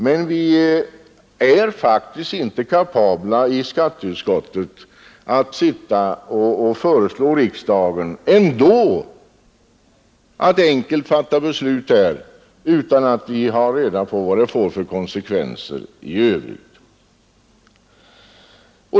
Men vi är ändå inte kapabla i skatteutskottet att föreslå riksdagen att enkelt fatta beslut utan att vi har reda på vad det får för konsekvenser i övrigt.